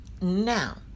Now